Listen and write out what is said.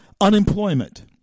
unemployment